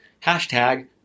Hashtag